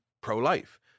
pro-life